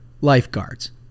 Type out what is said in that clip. lifeguards